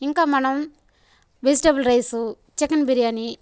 ఇంకా మనం vegetable rice chicken biryani